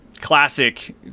classic